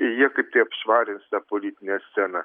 jie kaip tai apšvarins tą politinę sceną